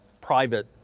private